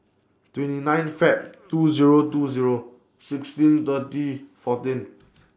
twenty nine Feb two Zero two Zero sixteen thirty fourteen